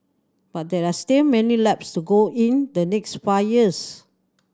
but there are still many laps to go in the next five years